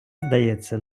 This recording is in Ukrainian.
здається